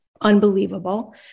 unbelievable